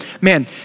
Man